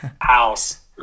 house